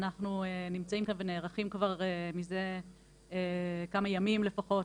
אנחנו נמצאים כאן ונערכים כבר מזה כמה ימים לפחות,